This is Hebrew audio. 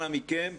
אנא מכם,